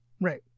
right